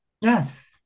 yes